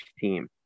team